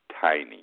tiny